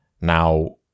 Now